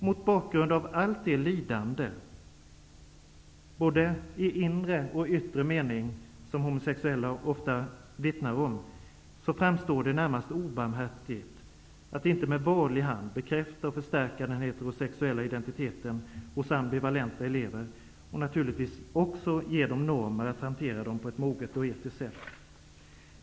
Mot bakgrund av allt det lidande, både i inre och i yttre mening, som den homosexuella livsstilen innebär framstår det närmast obarmhärtigt att inte med varlig hand bekräfta och förstärka den heterosexuella identiteten hos ambivalenta elever och naturligtvis också att ge dem normer att hantera den på ett moget och etiskt sätt.